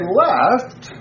left